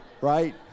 Right